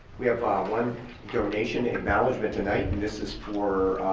we have um one donation acknowledgement tonight and this is for